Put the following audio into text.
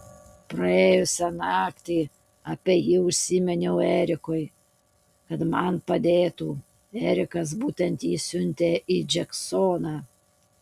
praėjusią naktį apie jį užsiminiau erikui kad man padėtų erikas būtent jį siuntė į džeksoną